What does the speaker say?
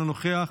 אינו נוכח,